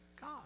God